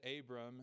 Abram